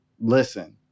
Listen